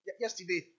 yesterday